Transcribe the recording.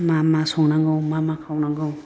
मा मा संनांगौ मा मा खावनांगौ